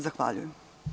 Zahvaljujem.